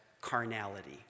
carnality